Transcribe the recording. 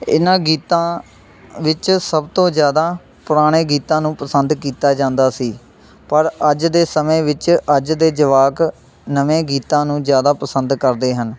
ਇਹਨਾਂ ਗੀਤਾਂ ਵਿੱਚ ਸਭ ਤੋਂ ਜ਼ਿਆਦਾ ਪੁਰਾਣੇ ਗੀਤਾਂ ਨੂੰ ਪਸੰਦ ਕੀਤਾ ਜਾਂਦਾ ਸੀ ਪਰ ਅੱਜ ਦੇ ਸਮੇਂ ਵਿੱਚ ਅੱਜ ਦੇ ਜਵਾਕ ਨਵੇਂ ਗੀਤਾਂ ਨੂੰ ਜ਼ਿਆਦਾ ਪਸੰਦ ਕਰਦੇ ਹਨ